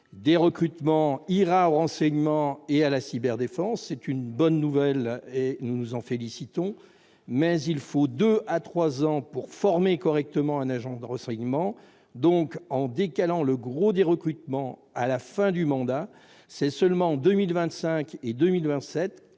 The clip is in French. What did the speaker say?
des recrutements ira au renseignement et à la cyberdéfense- c'est une bonne nouvelle et nous nous en félicitons -, mais il faut entre deux et trois ans pour former correctement un agent dans ce domaine. Aussi, en décalant la majeure partie des recrutements à la fin du mandat, c'est seulement en 2025